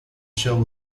shell